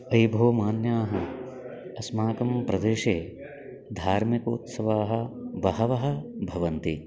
अयि भो मान्याः अस्माकं प्रदेशे धार्मिकोत्सवाः बहवः भवन्ति